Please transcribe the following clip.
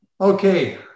okay